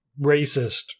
racist